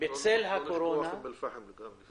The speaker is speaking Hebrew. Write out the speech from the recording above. גם באום אל פחם היה מקרה.